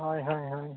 ᱦᱳᱭ ᱦᱳᱭ ᱦᱳᱭ